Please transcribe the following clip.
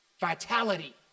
vitality